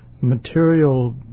material